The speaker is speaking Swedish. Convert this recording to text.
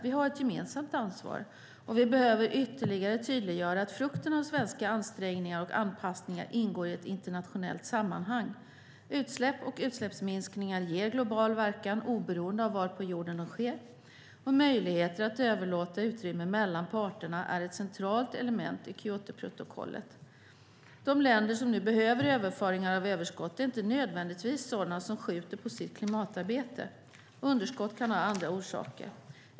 Vi har ett gemensamt ansvar. Vi behöver ytterligare tydliggöra att frukten av svenska ansträngningar och anpassningar ingår i ett internationellt sammanhang. Utsläpp och utsläppsminskningar ger global verkan oberoende av var på jorden de sker. Möjligheter att överlåta utrymme mellan parterna är ett centralt element i Kyotoprotokollet. De länder som nu behöver överföringar av överskott är inte nödvändigtvis sådana som skjuter på sitt klimatarbete. Underskott kan ha andra orsaker.